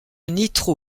nitro